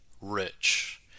rich